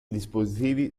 dispositivi